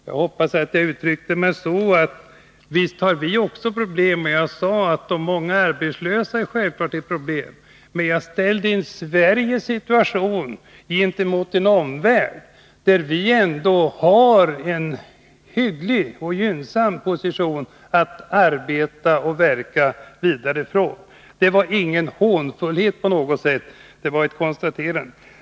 Jag hoppas att jag uttryckte mig så, att visst har vi också problem, och jag sade att de många arbetslösa självfallet är ett problem. Men jag ställde Sveriges situation i relation till omvärlden, och då har vi ändå en hygglig och gynnsam position att arbeta och verka från. Det var ingen hånfullhet — det var ett konstaterande.